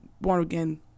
born-again